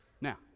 Now